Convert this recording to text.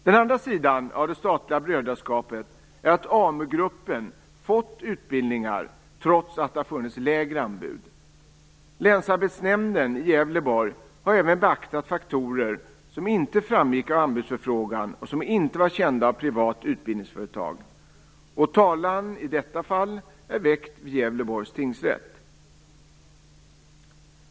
Den andra sidan av det statliga brödraskapet är att AmuGruppen fått utbildningar trots att det har funnits lägre anbud. Länsarbetsnämnden i Gävleborg har även beaktat faktorer som inte framgick av anbudsförfrågan och som inte var kända av ett privat utbildningsföretag. Talan i detta fall är väckt vid Gävleborgs tingsrätt.